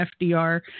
fdr